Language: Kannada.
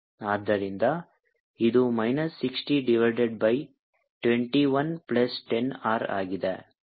ಆದ್ದರಿಂದ ಇದು minus 60 divided by 21 plus 10 R ಆಗಿದೆ